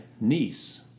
niece